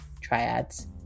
triads